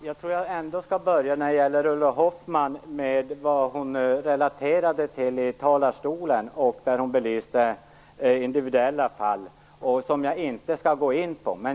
Fru talman! Jag skall börja med det som Ulla Hoffmann relaterade från talarstolen. Hon belyste då individuella fall som jag inte skall gå in på.